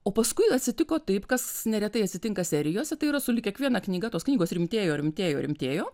o paskui atsitiko taip kas neretai atsitinka serijose tai yra sulig kiekviena knyga tos knygos rimtėjo rimtėjo rimtėjo